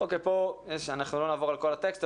פה אנחנו לא נעבור על כל הטקסט,